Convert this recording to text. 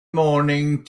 morning